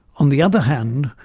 on the other hand,